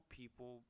people